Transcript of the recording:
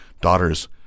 daughter's